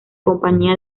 compañía